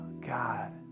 God